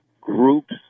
groups